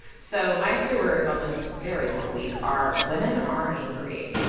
so my three words on this very long week are women are angry.